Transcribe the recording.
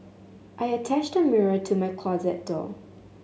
I attached a mirror to my closet door